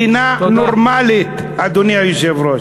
מדינה נורמלית, אדוני היושב-ראש.